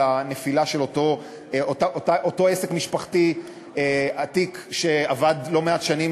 על הנפילה של אותו עסק משפחתי עתיק שעבד לא מעט שנים